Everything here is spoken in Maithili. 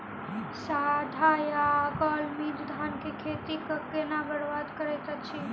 साढ़ा या गौल मीज धान केँ खेती कऽ केना बरबाद करैत अछि?